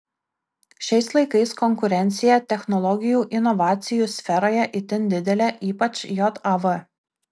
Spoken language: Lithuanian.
šiais laikais konkurencija technologijų inovacijų sferoje itin didelė ypač jav